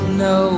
no